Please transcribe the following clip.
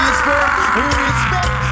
Respect